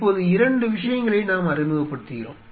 இப்போது 2 விஷயங்களை நாம் அறிமுகப்படுத்துகிறோம்